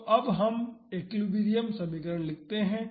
तो अब हम एक्विलिब्रियम समीकरण लिखते हैं